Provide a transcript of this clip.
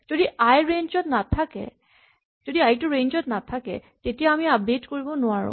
যদি আই টো ৰেঞ্জ ত নাথাকে তেতিয়া আমি আপডেট কৰিব নোৱাৰো